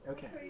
Okay